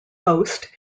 host